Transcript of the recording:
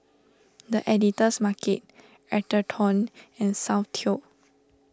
the Editor's Market Atherton and Soundteoh